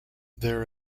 there